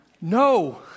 No